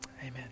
Amen